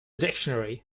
dictionary